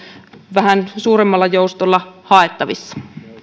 vähän suuremmalla joustolla haettavissa